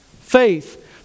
faith